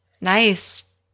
Nice